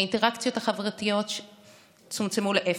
האינטראקציות החברתיות צומצמו לאפס.